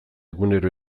egunero